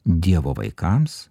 dievo vaikams